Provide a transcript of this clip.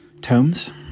tomes